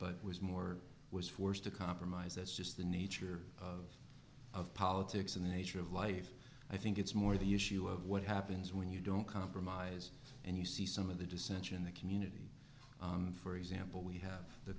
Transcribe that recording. but was more was forced to compromise that's just the nature of of politics and the nature of life i think it's more the issue of what happens when you don't compromise and you see some of the dissension in the community for example we have the